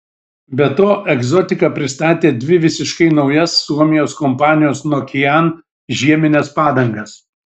be to egzotika pristatė dvi visiškai naujas suomijos kompanijos nokian žiemines padangas